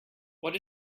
what